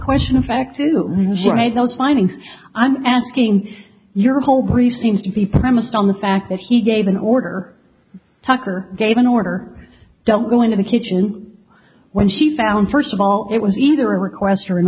question of fact to those findings i'm asking your whole grief seems to be premised on the fact that he gave an order tucker gave an order don't go into the kitchen when she found first of all it was either a request or an